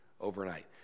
overnight